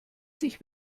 sich